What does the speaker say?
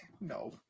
No